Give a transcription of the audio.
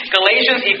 Galatians